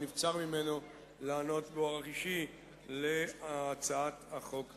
שנבצר ממנו לענות באופן אישי על הצעת החוק הזאת.